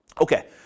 Okay